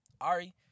Ari